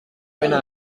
pena